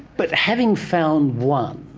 but having found one,